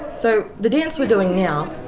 so the dance we're doing now,